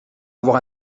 avoir